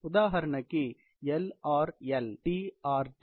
ఉదాహరణకి L R L T R T